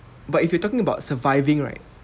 but if you're talking about surviving right